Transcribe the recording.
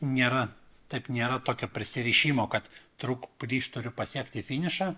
nėra taip nėra tokio prisirišimo kad trūk plyš turiu pasiekti finišą